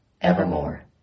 evermore